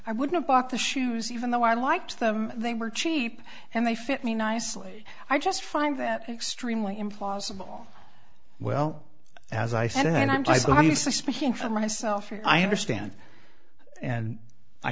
i would have bought the shoes even though i liked them they were cheap and they fit me nicely i just find that extremely implausible well as i said and i'm just honestly speaking for myself i understand and i